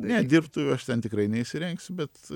ne dirbtuvių aš ten tikrai neįsirengsiu bet